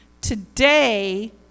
today